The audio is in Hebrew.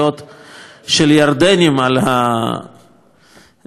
של הירדנים על השטח הזה.